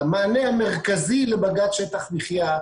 המענה המרכזי לבג"צ שטח מחיה,